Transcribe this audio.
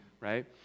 right